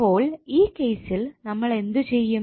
അപ്പോൾ ഈ കേസിൽ നമ്മൾ എന്തു ചെയ്യും